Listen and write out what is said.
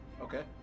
Okay